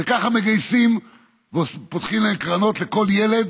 וככה מגייסים ופותחים קרנות לכל ילד,